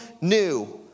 new